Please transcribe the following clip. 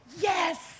Yes